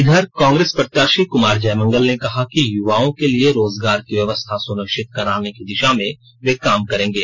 इधर कांग्रेस प्रत्याशी कुमार जयमंगल ने कहा कि युवाओं के लिये रोजगार की व्यवस्था सुनिष्वित कराने की दिषा में वे काम करेंगे